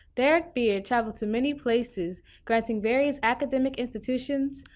derrick beard traveled to many places granting various academic institutions,